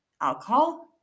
alcohol